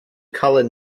colour